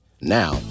Now